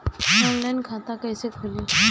Online खाता कईसे खुलि?